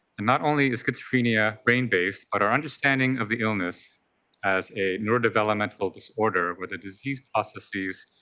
and not only is schizophrenia brain based, but our understanding of the illness as a neurodevelopmental disorder where the disease processes